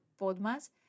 Podmas